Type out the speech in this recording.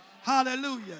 Hallelujah